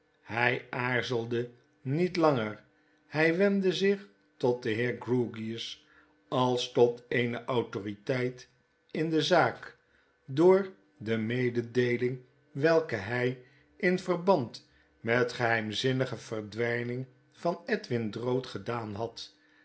hy aarzelde niet langer hy wendde zich tot den heer grewgious als tot eene autoriteit in de zaak door de mededeeling welke hy in verband met de geheimzinnige verdwyning van edwin drood gedaan had